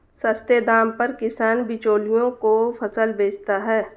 सस्ते दाम पर किसान बिचौलियों को फसल बेचता है